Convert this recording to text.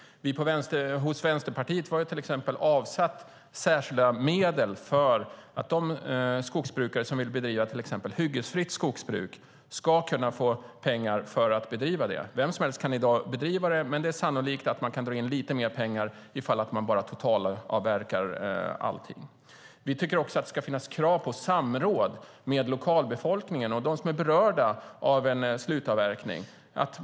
Vi i Vänsterpartiet har avsatt särskilda medel för att de skogsbrukare som vill bedriva till exempel hyggesfritt skogsbruk ska kunna få pengar för att göra det. Vem som helst kan i dag bedriva det, men det är sannolikt att man kan dra in lite mer pengar om man totalavverkar allting. Vi tycker också att det ska finnas krav på samråd med lokalbefolkningen och dem som är berörda av en slutavverkning.